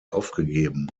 aufgegeben